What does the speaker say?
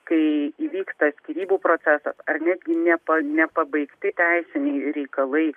kai įvyksta skyrybų procesas ar netgi nepa nepabaigti teisiniai reikalai